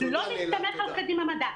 תלוי באוכלוסיות התלמידים,